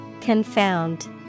Confound